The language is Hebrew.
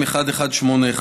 מ/1181.